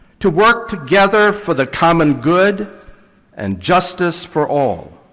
to work together for the common good and justice for all.